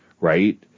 right